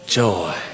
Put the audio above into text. joy